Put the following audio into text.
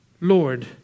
Lord